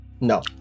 No